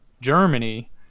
germany